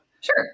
Sure